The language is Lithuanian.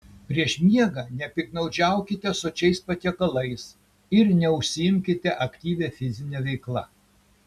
prieš miegą nepiktnaudžiaukite sočiais patiekalais ir neužsiimkite aktyvia fizine veikla